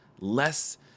less